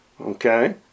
Okay